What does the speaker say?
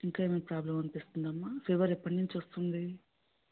ఇంకా ఏమన్న ప్రాబ్లమ్ అనిపిస్తుందా అమ్మ ఫీవర్ ఎప్పటి నుంచి వస్తుంది